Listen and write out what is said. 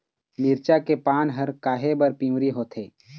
मिरचा के पान हर काहे बर पिवरी होवथे?